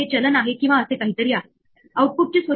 तर ते main program मध्ये परत जाईल जिथून एफ ला कॉल केले होते